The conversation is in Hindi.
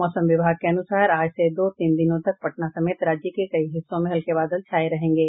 मौसम विभाग के अनुसार आज से दो तीन दिनों तक पटना समेत राज्य के कई हिस्सों में हल्के बादल छाये रहेंगे